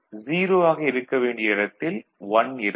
0 இருக்க வேண்டிய இடத்தில் 1 இருக்கும்